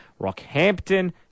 Rockhampton